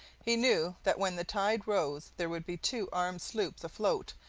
he knew that when the tide rose there would be two armed sloops afloat,